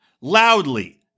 loudly